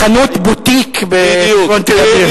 מחנות בוטיק בצפון תל-אביב.